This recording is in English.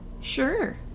Sure